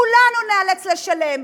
כולנו ניאלץ לשלם,